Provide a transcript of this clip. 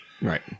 Right